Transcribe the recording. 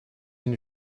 une